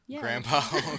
Grandpa